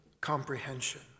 comprehension